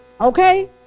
Okay